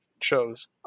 shows